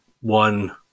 one